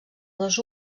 dos